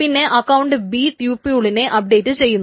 പിന്നെ account B ട്യൂപൂളിനെ update ചെയ്യുന്നു